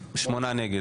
שמונה נגד.